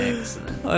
Excellent